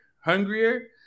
hungrier